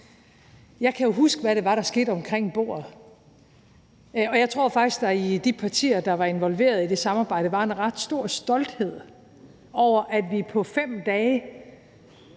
Jeg kan huske, hvad det var, der skete omkring bordet, og jeg tror faktisk, at der i de partier, der var involveret i det samarbejde, var en ret stor stolthed over, at vi på 5 dage